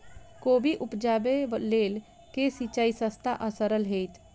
कोबी उपजाबे लेल केँ सिंचाई सस्ता आ सरल हेतइ?